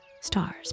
Stars